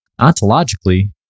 Ontologically